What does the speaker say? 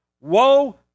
Woe